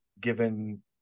given